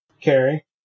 Carrie